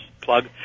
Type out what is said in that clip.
plug